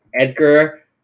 Edgar